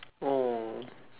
oh